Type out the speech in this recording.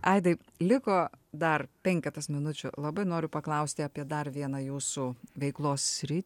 aidai liko dar penketas minučių labai noriu paklausti apie dar vieną jūsų veiklos sritį